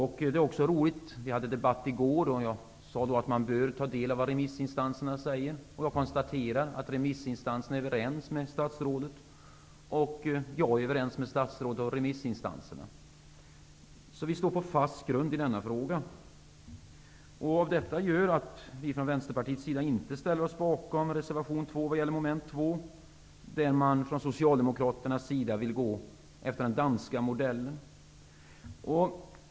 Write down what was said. Vi förde i går en debatt i vilken jag sade att man bör ta del av vad remissinstanserna säger. Jag konstaterar att remissinstanserna här är överens med statsrådet, och jag är överens med statsrådet och remissinstanserna. Vi står på fast grund i denna fråga. Detta gör att vi i Vänsterpartiet inte ställer oss bakom reservation 2 gällande moment 2, där Socialdemokraterna vill gå efter den danska modellen.